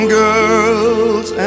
girls